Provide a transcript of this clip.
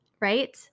Right